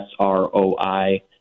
SROI